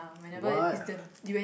what